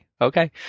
Okay